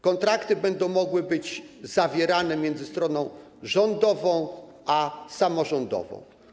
Kontrakty będą mogły być zawierane między stroną rządową a stroną samorządową.